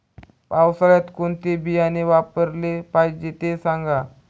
पावसाळ्यात कोणते बियाणे वापरले पाहिजे ते सांगा